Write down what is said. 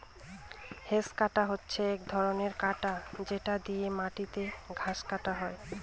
hedge cutter হচ্ছে এক ধরনের কাটার যেটা দিয়ে মাটিতে ঘাস কাটা হয়